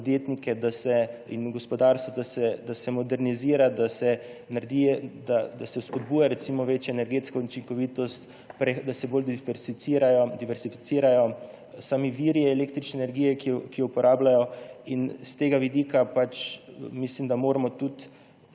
podjetnike in gospodarstvo, da se modernizira, da se spodbuja večja energetska učinkovitost, da se bolj diverzificirajo viri električne energije, ki jo uporabljajo. S tega vidika pač mislim, da moramo tudi